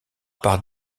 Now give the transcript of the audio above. par